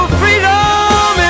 freedom